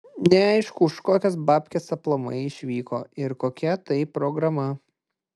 neaišku už kokias babkes aplamai išvyko ir kokia tai programa